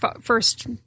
first